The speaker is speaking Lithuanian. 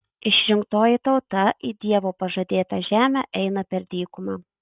išrinktoji tauta į dievo pažadėtą žemę eina per dykumą